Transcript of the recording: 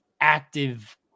active